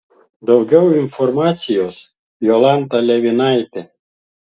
daugiau informacijos jolanta levinaitė